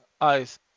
Ice